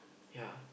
ya